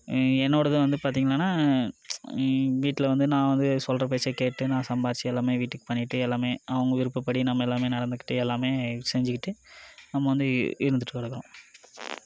என்னோடதை வந்து பார்த்தீங்கன்னா வீட்டில் வந்து நான் வந்து சொல்கிற பேச்ச கேட்டு நான் சம்பாரித்து எல்லாமே வீட்டுக்கு பண்ணிட்டு எல்லாமே அவங்க விருப்பப்படி நம்ம எல்லாமே நடந்துக்கிட்டு எல்லாமே செஞ்சிக்கிட்டு நம்ம வந்து இருந்துட்டு கிடக்குறோம்